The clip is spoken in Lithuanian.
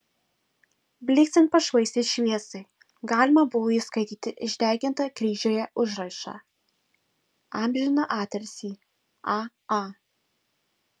blyksint pašvaistės šviesai galima buvo įskaityti išdegintą kryžiuje užrašą amžiną atilsį a a